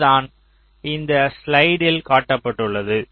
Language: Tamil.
இதுதான் இந்த ஸ்லைடில் காட்டப்பட்டுள்ளது